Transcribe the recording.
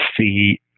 see